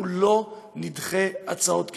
אנחנו לא נדחה הצעות כאלה.